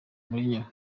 mourinho